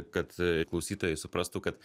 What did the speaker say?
kad klausytojai suprastų kad